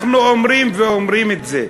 אנחנו אומרים ואומרים את זה.